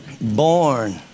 Born